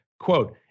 quote